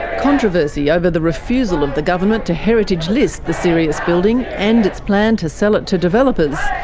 controversy over the refusal of the government to heritage list the sirius building, and its plan to sell it to developers,